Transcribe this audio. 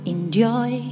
Enjoy